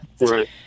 Right